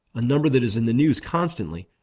a number that is in the news constantly,